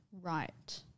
right